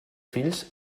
fills